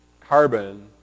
carbon